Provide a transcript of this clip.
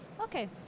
Okay